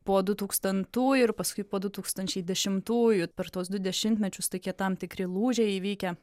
po du tūkstantų ir paskui po du tūkstančiai dešimtųjų per tuos du dešimtmečius tokie tam tikri lūžiai įvykę